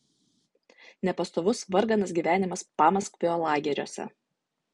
nepastovus varganas gyvenimas pamaskvio lageriuose